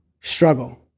struggle